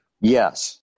Yes